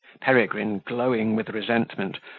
peregrine, glowing with resentment,